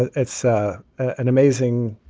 ah it's ah an amazing